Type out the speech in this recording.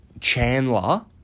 Chandler